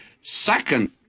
second